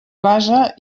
base